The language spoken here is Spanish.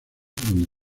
donde